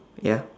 ya